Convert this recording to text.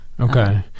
Okay